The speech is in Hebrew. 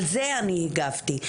על זה אני הגבתי.